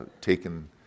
taken